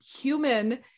human